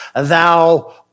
thou